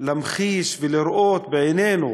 להמחיש ולראות בעינינו